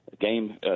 game